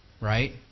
right